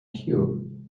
queue